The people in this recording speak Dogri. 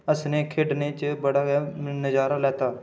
हस्सने खेढने च बड़ा गै नजारा लैता